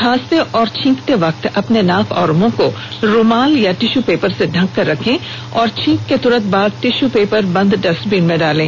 खांसते और छींकते वक्त अपने नाक और मुंह को रुमाल या टिषू पेपर से ढंक कर रखें और छींक के तुरंत बाद टिषू को बंद डस्टबीन में डालें